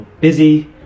busy